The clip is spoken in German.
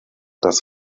das